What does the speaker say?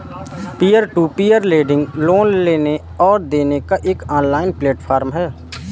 peer to peer lending loan लेने और देने का एक ऑनलाइन प्लेटफ़ॉर्म है